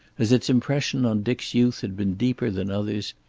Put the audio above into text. as its impression on dick's youth had been deeper than others,